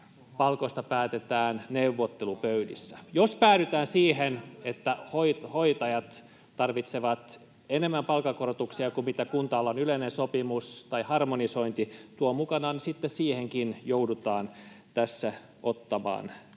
Palkoista päätetään neuvottelupöydissä. Jos päädytään siihen, että hoitajat tarvitsevat enemmän palkankorotuksia [Sanna Antikainen: Tarvitsevat!] kuin mitä kunta-alan yleinen sopimus tai harmonisointi tuo mukanaan, sitten siihenkin joudutaan tässä ottamaan kantaa.